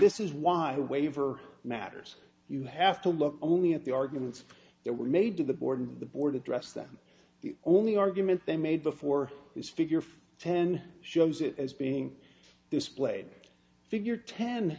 this is why the waiver matters you have to look only at the arguments that were made to the board and the board addressed them the only argument they made before is figure ten shows it as being displayed figure ten